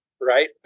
right